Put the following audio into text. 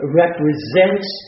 represents